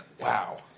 wow